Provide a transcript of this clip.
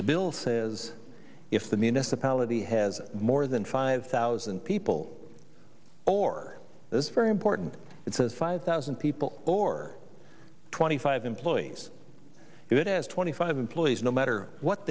the bill says if the municipality has more than five thousand people or this very important it's a five thousand people or twenty five employees it is twenty five employees no matter what